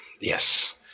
Yes